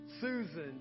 Susan